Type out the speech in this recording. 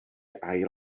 ail